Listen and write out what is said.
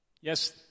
yes